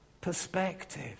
perspective